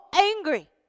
angry